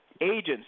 agents